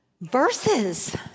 verses